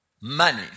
money